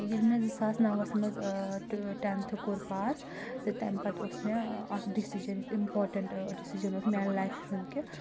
ییٚلہِ مےٚ زٕ ساس نوَس منٛز ٹؠنتھٕ کوٚر پاس تہٕ تَمہِ پَتہٕ اوس مےٚ اکھ ڈیسِجَن یُس اِمپاٹَنٹ ڈِسِجَن اوس میانہِ لایفہِ ہُنٛد کہِ